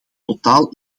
totaal